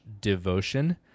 devotion